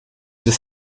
des